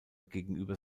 gegenüber